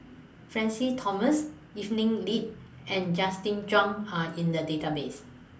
Francis Thomas Evelyn Lip and Justin Zhuang Are in The Database